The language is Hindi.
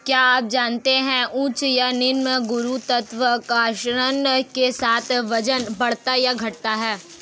क्या आप जानते है उच्च या निम्न गुरुत्वाकर्षण के साथ वजन बढ़ता या घटता है?